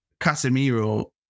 Casemiro